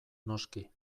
noski